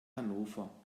hannover